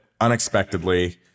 unexpectedly